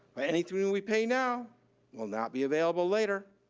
but anything we pay now will not be available later.